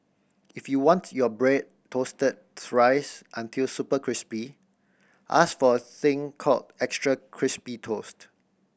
if you want your bread toasted thrice until super crispy ask for a thing called extra crispy toast